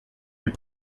des